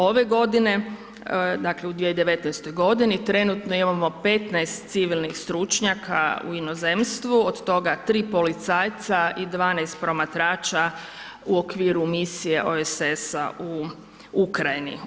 Ove godine dakle, u 2019. g. trenutno imamo 15 civilnih stručnjaka u inozemstvu, od toga 3 policajca i 12 promatrača u okviru misije OSS-a u Ukrajini.